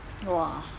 !wah!